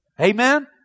Amen